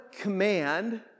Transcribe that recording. command